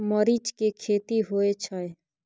मरीच के खेती होय छय?